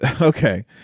Okay